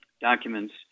documents